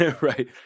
Right